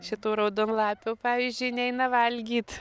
šitų raudonlapių pavyzdžiui neina valgyt